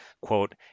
quote